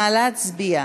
נא להצביע.